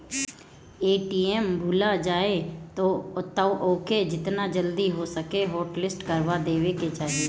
ATM भूला जाए तअ ओके जेतना जल्दी हो सके हॉटलिस्ट करवा देवे के चाही